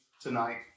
tonight